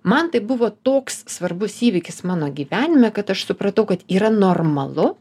man tai buvo toks svarbus įvykis mano gyvenime kad aš supratau kad yra normalu